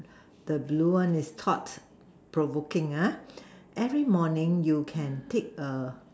the blue and this talk problem working la every morning you can take err